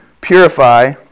purify